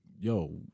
yo